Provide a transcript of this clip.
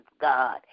God